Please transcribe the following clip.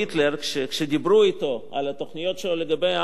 שכשדיברו על התוכניות שלו לגבי העם היהודי,